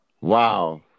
Wow